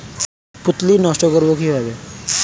পুত্তলি নষ্ট করব কিভাবে?